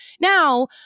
now